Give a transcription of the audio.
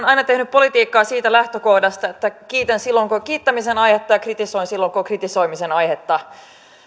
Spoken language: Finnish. aina tehnyt politiikkaa siitä lähtökohdasta että kiitän silloin kun on kiittämisen aihetta ja kritisoin silloin kun on kritisoimisen aihetta